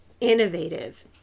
innovative